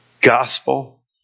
gospel